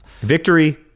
Victory